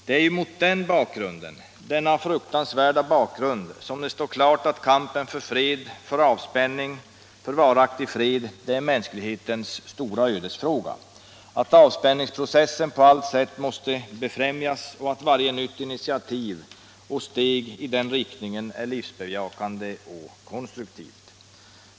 Det är mot denna fruktansvärda bakgrund som det står klart att kampen för avspänning och varaktig fred är mänsklighetens största ödesfråga, att avspänningsprocessen på allt sätt måste befrämjas och att varje nytt initiativ och steg i den riktningen är livsbejakande och konstruktivt.